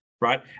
right